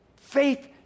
Faith